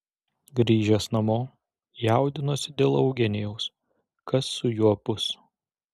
grįžęs namo jaudinosi dėl eugenijaus kas su juo bus